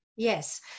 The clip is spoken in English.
Yes